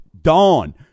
Dawn